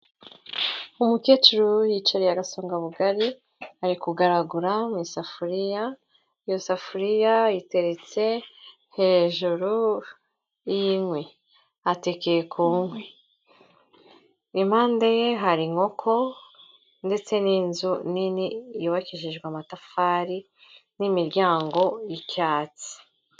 Umukecuru yicariye agasongabugari ari kugaragura mu isafuriya. Iyo safuriya iteretse hejuru y'inkwi. Atekeye ku nkwi. Impande ye hari inkoko ndetse n'inzu nini yubakishijwe amatafari n'imiryango y'icyatsi.